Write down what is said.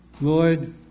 Lord